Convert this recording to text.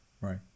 Right